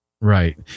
Right